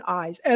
eyes